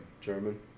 German